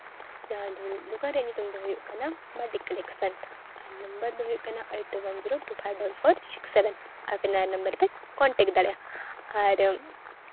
ᱡᱟᱦᱟᱸ ᱫᱚ ᱫᱚᱠᱟᱱ ᱨᱮᱭᱟᱜ ᱧᱩᱛᱩᱢ ᱦᱩᱭᱩᱜ ᱠᱟᱱᱟ ᱢᱟᱹᱱᱰᱤ ᱠᱟᱞᱮᱠᱥᱚᱱ ᱟᱨ ᱱᱟᱢᱵᱟᱨ ᱫᱚ ᱦᱩᱭᱩᱜ ᱠᱟᱱᱟ eight double zero two five double four seven ᱟᱯᱮ ᱱᱚᱣᱟ ᱱᱟᱢᱵᱟᱨ ᱨᱮᱯᱮ ᱠᱚᱱᱴᱮᱠᱴ ᱫᱟᱲᱮᱭᱟᱜᱼᱟ ᱟᱨ